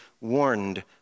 warned